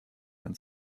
ans